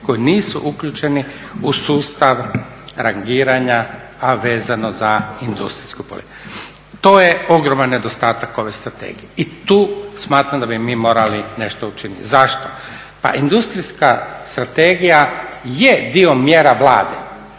koji nisu uključeni u sustav rangiranja, a vezano za industrijsku politiku. To je ogroman nedostatak ove strategije i tu smatram da bi mi morali nešto učiniti. Zašto? Pa industrijska strategija je dio mjera Vlade,